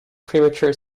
premature